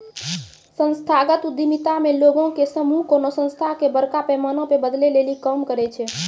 संस्थागत उद्यमिता मे लोगो के समूह कोनो संस्था के बड़का पैमाना पे बदलै लेली काम करै छै